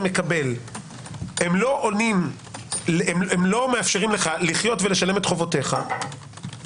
מקבל לא מאפשרים לך לחיות ולשלם את חובותיך יש